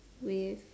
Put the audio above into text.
with